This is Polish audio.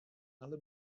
ale